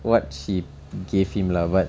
what he gave him lah but